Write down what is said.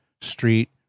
street